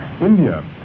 India